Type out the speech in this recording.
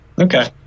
Okay